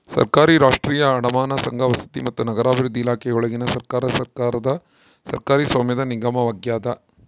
ಸರ್ಕಾರಿ ರಾಷ್ಟ್ರೀಯ ಅಡಮಾನ ಸಂಘ ವಸತಿ ಮತ್ತು ನಗರಾಭಿವೃದ್ಧಿ ಇಲಾಖೆಯೊಳಗಿನ ಸರ್ಕಾರದ ಸರ್ಕಾರಿ ಸ್ವಾಮ್ಯದ ನಿಗಮವಾಗ್ಯದ